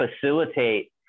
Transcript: facilitate